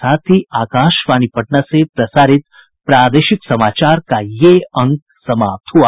इसके साथ ही आकाशवाणी पटना से प्रसारित प्रादेशिक समाचार का ये अंक समाप्त हुआ